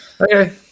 Okay